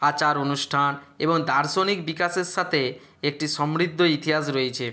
আচার অনুষ্ঠান এবং দার্শনিক বিকাশের সাথে একটি সমৃদ্ধ ইতিহাস রয়েচে